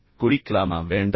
எனவே குளிக்கலாமா வேண்டாமா